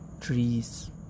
trees